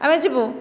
ଆମେ ଯିବୁ